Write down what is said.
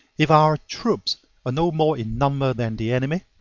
if our troops are no more in number than the enemy,